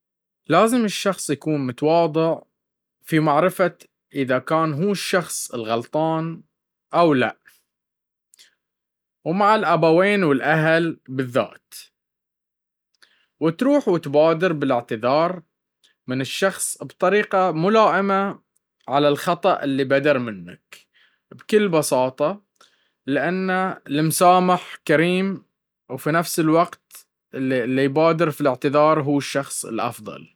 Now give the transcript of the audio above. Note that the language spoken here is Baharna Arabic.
لازم الشخص يكون متواضع في معرفة ما اذا كان هو الشخص الغلطان ام لا ومعا الأبويين والأهل بالذات, وتروح وتبادر بالاعتذار من الشخص بطريقة ملائمة على الخطء اللي بدر منك بكل بساطة.